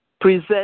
present